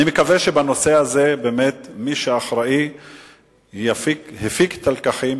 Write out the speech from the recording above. אני מקווה שמי שאחראי הפיק את הלקחים